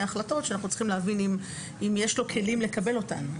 החלטות שאנחנו צריכים להבין אם יש לו כלים לקבל אותן.